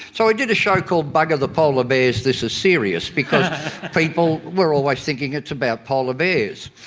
so i did a show called bugger the polar bears, this is serious, because people were always thinking it's about polar bears.